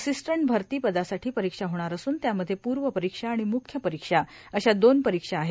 assistant भरती पदासाठी परीक्षा होणार असून त्यामध्ये पूर्व परीक्षा आणि मुख्य परीक्षा अशा दोन परीक्षा आहेत